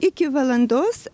iki valandos